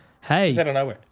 hey